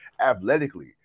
athletically